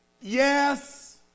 Yes